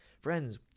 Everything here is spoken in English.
Friends